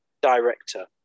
director